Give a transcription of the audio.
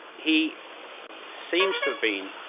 he seems to have been